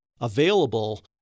available